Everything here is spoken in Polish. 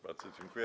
Bardzo dziękuję.